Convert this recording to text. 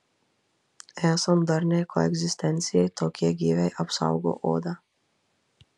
esant darniai koegzistencijai tokie gyviai apsaugo odą